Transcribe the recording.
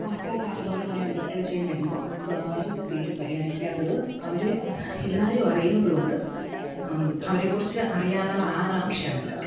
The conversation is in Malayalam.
വാർത്താ താരങ്ങളുവായി ബന്ധപ്പെട്ട വിഷയം വരുമ്പോൾ സ്വകാര്യത തീരെ പരിഗണിക്കാത്തത് അവരെ എല്ലാവരും അറിയുന്നതുകൊണ്ട് അവരേക്കുറിച്ച് അറിയാനുള്ള ആകാംക്ഷയാണ് എല്ലാവർക്കും